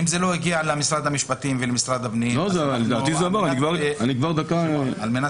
אם זה לא הגיע למשרד המשפטים ולמשרד הפנים --- אני בודק את